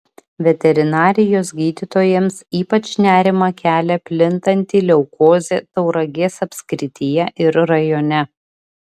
veterinarijos gydytojams ypač nerimą kelia plintanti leukozė tauragės apskrityje ir rajone